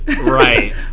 right